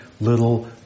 little